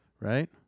Right